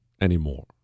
anymore